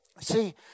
See